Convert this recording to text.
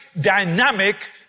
dynamic